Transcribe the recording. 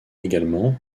également